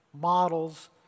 models